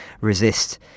resist